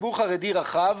ציבור חרדי רחב